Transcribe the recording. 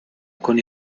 con